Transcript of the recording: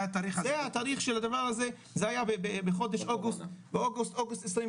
זה התאריך של הדבר הזה זה היה בחודש אוגוסט 2020,